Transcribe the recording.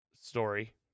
story